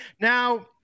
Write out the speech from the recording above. Now